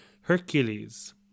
Hercules